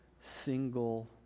single